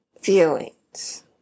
feelings